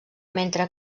mentre